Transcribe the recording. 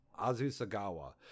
Azusagawa